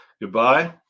goodbye